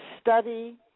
study